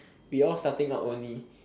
we all starting out only